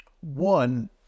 One